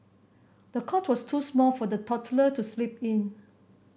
the cot was too small for the toddler to sleep in